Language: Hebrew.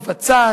מבצעת,